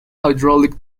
hydraulic